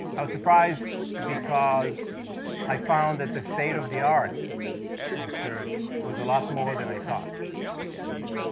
i was surprised because i found that the state of the art in search was a lot more than i thought it would be.